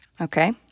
Okay